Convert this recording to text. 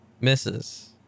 misses